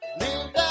live